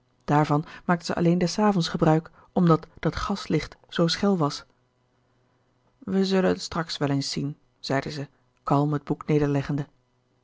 maakte zij alleen des avonds gebruik omdat dat gaslicht zoo schel was wij zullen het straks wel eens zien zeide zij kalm het boek nederleggende